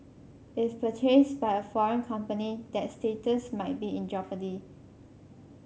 if purchased by a foreign company that status might be in jeopardy